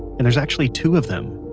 and there's actually two of them.